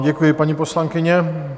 Děkuji vám, paní poslankyně.